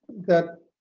that